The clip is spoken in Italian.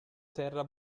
terra